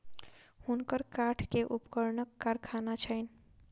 हुनकर काठ के उपकरणक कारखाना छैन